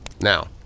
Now